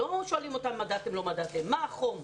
לא שואלים אותם מדדתם חום או לא, אלא מה החום.